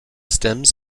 stems